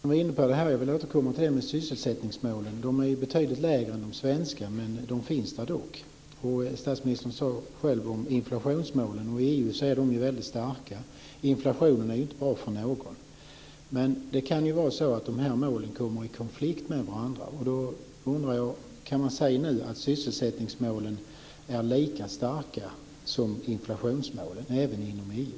Fru talman! Jag vill också kommentera sysselsättningsmålen. De är betydligt lägre än de svenska, men de finns ändå. Statsministern talade själv om inflationsmålen, som i EU är väldigt starka. Inflation är inte bra för någon. Men det kan vara så att de här målen kommer i konflikt med varandra. Jag undrar om man nu kan säga att sysselsättningsmålen är lika starka som inflationsmålen även inom EU.